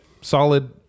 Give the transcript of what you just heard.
solid